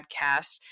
podcast